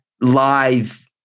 live